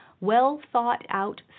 well-thought-out